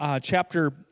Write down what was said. chapter